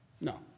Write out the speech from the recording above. No